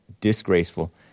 Disgraceful